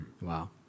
Wow